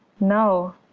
no!